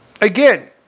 Again